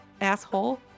asshole